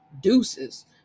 deuces